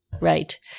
Right